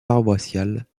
paroissiale